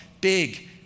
big